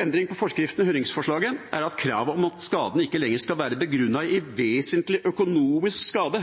endring av forskriften i høringsforslaget er kravet om at skadene ikke lenger skal være begrunnet i vesentlig økonomisk skade,